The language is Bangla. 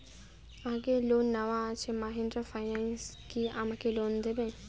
আগের লোন নেওয়া আছে মাহিন্দ্রা ফাইন্যান্স কি আমাকে লোন দেবে?